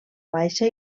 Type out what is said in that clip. baixa